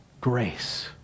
grace